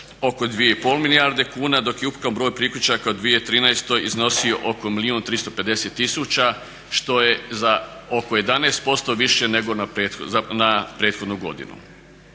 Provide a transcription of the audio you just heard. oko 2,5 milijarde kuna, dok je ukupan broj priključaka u 2013. iznosio oko 1 milijun 350 tisuća što je za oko 11% više na prethodnu godinu.